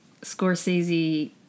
Scorsese